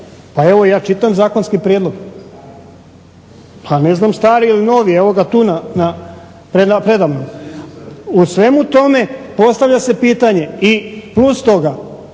Pa evo, ja čitam zakonski prijedlog. Pa ne znam stari ili novi. Evo ga tu predamnom. U svemu tome postavlja se pitanje i plus toga